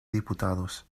diputados